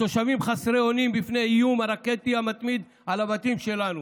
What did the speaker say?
התושבים חסרי אונים בפני האיום הרקטי המתמיד על הבתים שלנו,